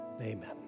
amen